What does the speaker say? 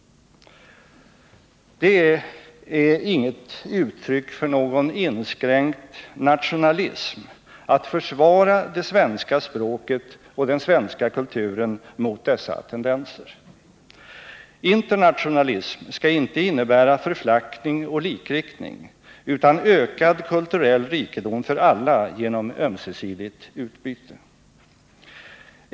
Det är inget uttryck för någon inskränkt nationalism att försvara det svenska språket och den svenska kulturen mot dessa tendenser. Internatio nalism skall inte innebära förflackning och likriktning utan ökad kulturell rikedom för alla genom ömsesidigt utbyte.